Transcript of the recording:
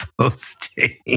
posting